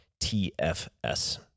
TFS